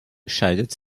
scheidet